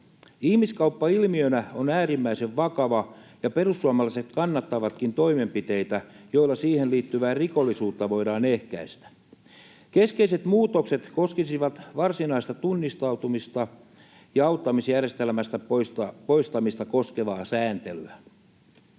Ihmiskauppa on ilmiönä äärimmäisen vakava, ja perussuomalaiset kannattavatkin toimenpiteitä, joilla siihen liittyvää rikollisuutta voidaan ehkäistä. Keskeiset muutokset koskisivat varsinaista tunnistautumista ja auttamisjärjestelmästä poistamista koskevaa sääntelyä.